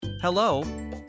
Hello